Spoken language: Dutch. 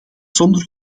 zonder